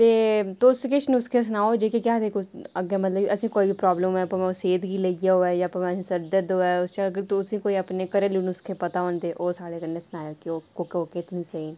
ते तुस किश नुक्से सुनाओ जेह्के केह् आखदे अग्गें मतलब कोई प्राब्लम होए भमै सेहद गी लेइऐ होऐ जां भमै सर दर्द होऐ उस आस्तै तुसें ई अगर अपने घरेलू नुक्से पता होंदे ओह् साढ़े कन्नै सनाएओ कि ओह् कोह्के कोह्के तुसें ई सेही न